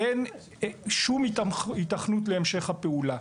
אין שום התכנות להמשך הפעולה.